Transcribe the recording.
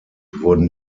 wurden